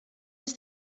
els